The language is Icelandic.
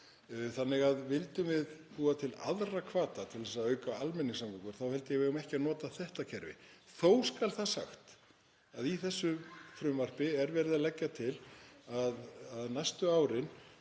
Ef við vildum búa til aðra hvata til að auka almenningssamgöngur held ég að við eigum ekki að nota þetta kerfi. Þó skal það sagt að í þessu frumvarpi er verið að leggja til að næstu árin